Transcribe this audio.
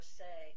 say